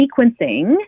sequencing